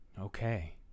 okay